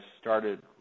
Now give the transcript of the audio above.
started